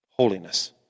Holiness